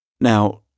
Now